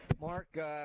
mark